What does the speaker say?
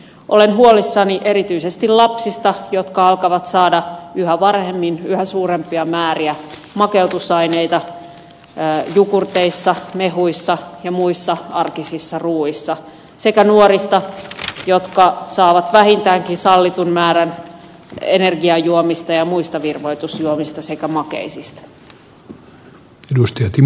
olen huolissani erityisesti lapsista jotka alkavat saada yhä varhemmin yhä suurempia määriä makeutusaineita jogurteissa mehuissa ja muissa arkisissa ruuissa sekä nuorista jotka saavat vähintäänkin sallitun määrän energiajuomista ja muista virvoitusjuomista sekä makeisista